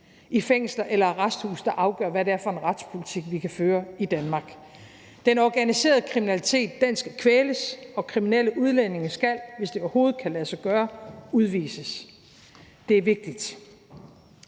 i fængsler eller arresthuse, der afgør, hvad det er for en retspolitik, vi kan føre i Danmark. Den organiserede kriminalitet skal kvæles, og kriminelle udlændinge skal, hvis det overhovedet kan lade sig gøre, udvises. Det er vigtigt.